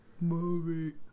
Movie